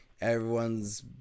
everyone's